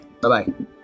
Bye-bye